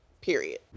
period